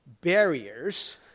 barriers